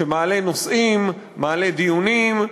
שמעלה נושאים, מעלה דיונים,